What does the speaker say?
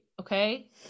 okay